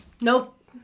Nope